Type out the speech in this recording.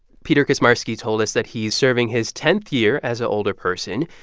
peter kaczmarski told us that he's serving his tenth year as a alderperson.